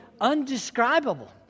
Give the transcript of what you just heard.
undescribable